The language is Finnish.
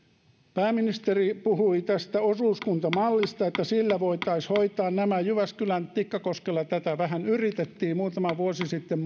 pääministeri puhui tästä osuuskuntamallista että sillä voitaisiin hoitaa nämä jyväskylän tikkakoskella tätä vähän yritettiin muutama vuosi sitten